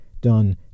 done